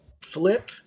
flip